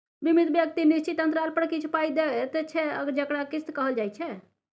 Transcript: बीमित व्यक्ति निश्चित अंतराल पर किछ पाइ दैत छै जकरा किस्त कहल जाइ छै